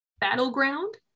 Battleground